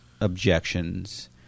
objections